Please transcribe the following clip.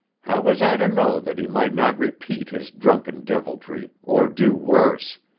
how was i to know that he might not repeat his drunken deviltry, or do worse,